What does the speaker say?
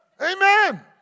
Amen